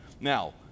Now